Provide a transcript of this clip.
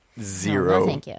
zero